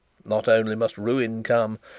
not only must ruin come,